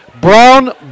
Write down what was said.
Brown